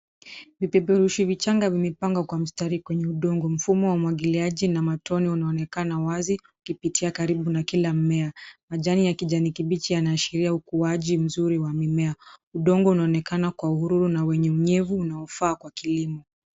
Vipeperushi vichanga vimepangwa kwa mstari kwenye udongo. Mfumo wa umwagiliaji na matone unaonekana wazi, kupitia karibu na kila mmea. Majani ya kijani kibichi yanaashiria ukuaji mzuri wa mimea. Udongo unaonekana kwa uhuru na wenye unyevu unaofaa kwa kilimo.